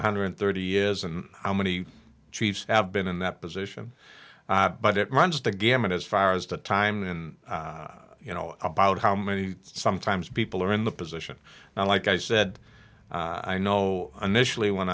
one hundred and thirty years and how many chiefs have been in that position but it runs the gamut as far as the time and you know about how many sometimes people are in the position and like i said i know initially when